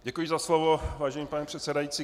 Děkuji za slovo, vážený pane předsedající.